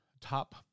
top